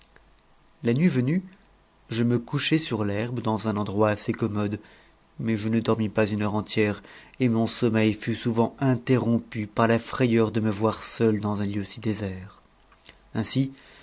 la nuit venue je me couchai sur l'herbe dans un endroit assez commode mais je ne dormis pas une heure entière et mon sommeil fut souvent interrompu par la frayeur de me voir seul dans un lieu si désert ainsi